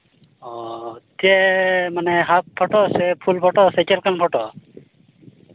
ᱚ ᱪᱮᱫ ᱢᱟᱱᱮ ᱦᱟᱯᱷ ᱯᱷᱳᱴᱳ ᱥᱮ ᱯᱷᱩᱞ ᱯᱷᱳᱴᱳ ᱪᱮᱫ ᱞᱮᱠᱟᱱ ᱯᱷᱳᱴᱳ